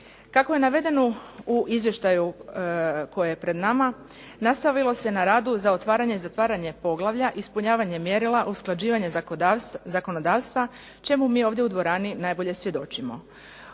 Kako je navedeno u izvještaju koje je pred nama nastavilo se na radu za otvaranje i zatvaranje poglavlja, ispunjavanje mjerila, usklađivanje zakonodavstva čemu mi ovdje u dvorani najbolje svjedočimo.